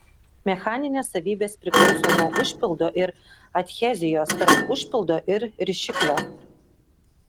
mechaninės savybės priklauso nuo užpildo ir adhezijos tarp užpildo ir rišiklio